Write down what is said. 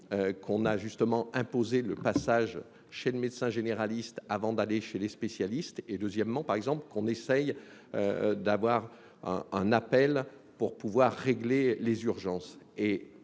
qu'on a justement imposer le passage chez le médecin généraliste avant d'aller chez les spécialistes et deuxièmement par exemple qu'on essaye d'avoir un un appel pour pouvoir régler les urgences et